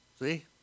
See